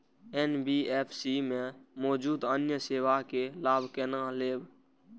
NBFC में मौजूद अन्य सेवा के लाभ केना लैब?